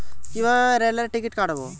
কিভাবে রেলের টিকিট কাটব?